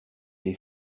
les